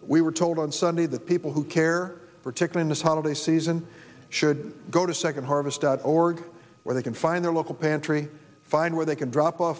we were told on sunday that people who care particularly this holiday season should go to second harvest dot org where they can find their local pantry find where they can drop off